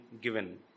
given